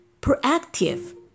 proactive